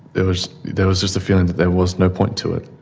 there was there was just a feeling that there was no point to it.